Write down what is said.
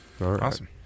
Awesome